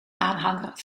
aanhanger